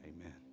Amen